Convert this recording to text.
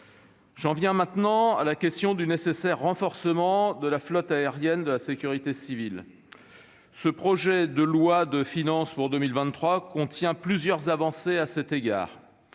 J'en viens maintenant à la question du nécessaire renforcement de la flotte aérienne de la sécurité civile. Ce projet de loi de finances pour 2023 contient plusieurs avancées à cet égard.